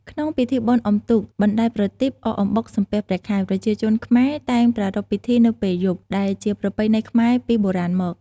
ក្នុងពិធីបុណ្យអុំទូក បណ្ដែតប្រទីប អកអំបុក សំពះព្រះខែ ប្រជាជនខ្មែរតែងប្រារព្ធពិធីនៅពេលយប់ ដែលជាប្រពៃណីខ្មែរពីបុរាណមក។